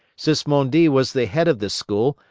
sismondi was the head of this school,